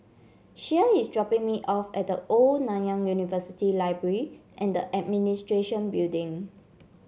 Shea is dropping me off at The Old Nanyang University Library and the Administration Building